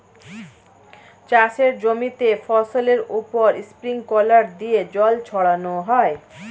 চাষের জমিতে ফসলের উপর স্প্রিংকলার দিয়ে জল ছড়ানো হয়